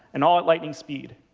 and all at lightning speed.